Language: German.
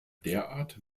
derart